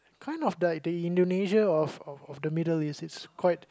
kind of the Indonesia of the of the Middle East it's quite